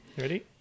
Ready